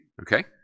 okay